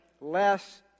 less